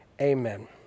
amen